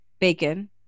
bacon